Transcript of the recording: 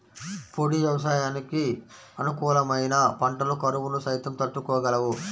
పొడి వ్యవసాయానికి అనుకూలమైన పంటలు కరువును సైతం తట్టుకోగలవు